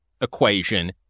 equation